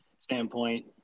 standpoint